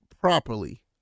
properly